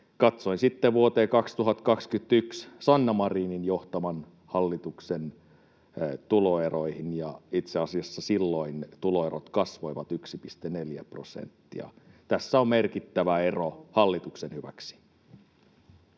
Katsoin sitten vuoteen 2021, Sanna Marinin johtaman hallituksen tuloeroihin, ja itse asiassa silloin tuloerot kasvoivat 1,4 prosenttia. Tässä on merkittävä ero hallituksen hyväksi.